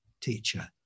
teacher